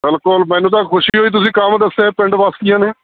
ਬਿਲਕੁਲ ਮੈਨੂੰ ਤਾਂ ਖੁਸ਼ੀ ਹੋਈ ਤੁਸੀਂ ਕੰਮ ਦੱਸਿਆ ਪਿੰਡ ਵਾਸੀਆਂ ਨੇ